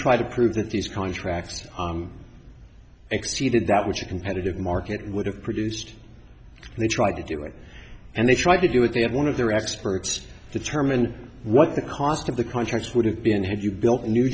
try to prove that these contracts exceeded that which a competitive market would have produced and they tried to do it and they tried to do it they had one of their experts determine what the cost of the contracts would have been had you built a new